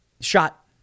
shot